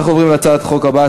אנחנו עוברים להצעת החוק הבאה,